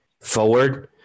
forward